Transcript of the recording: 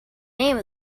name